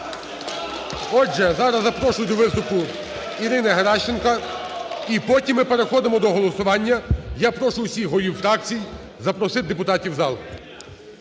Отже, зараз запрошую до виступу Ірину Геращенко. І потім ми переходимо до голосування. Я прошу усіх голів фракцій запросити депутатів в зал.